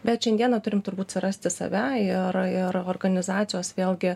bet šiandieną turim turbūt surasti save ir ir organizacijos vėlgi